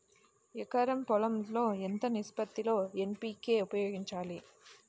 ఎకరం పొలం లో ఎంత నిష్పత్తి లో ఎన్.పీ.కే ఉపయోగించాలి?